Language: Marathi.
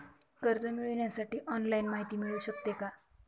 कर्ज मिळविण्यासाठी ऑनलाईन माहिती मिळू शकते का?